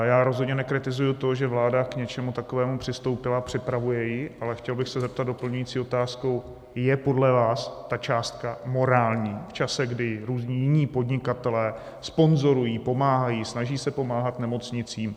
Já rozhodně nekritizuji to, že vláda k něčemu takovému přistoupila a připravuje ji, ale chtěl bych se zeptat doplňující otázkou: Je podle vás ta částka morální v čase, kdy různí jiní podnikatelé sponzorují, pomáhají, snaží se pomáhat nemocnicím?